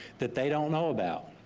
that they don't know about,